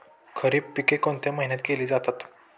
खरीप पिके कोणत्या महिन्यात केली जाते?